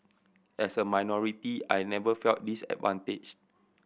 as a minority I never felt disadvantaged